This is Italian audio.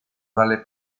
dalle